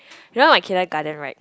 you know my kindergarten right